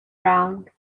round